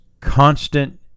constant